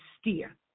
steer